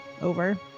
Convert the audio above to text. over